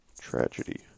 tragedy